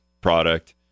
product